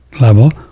level